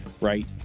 Right